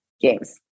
games